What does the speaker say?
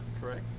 Correct